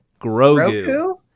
Grogu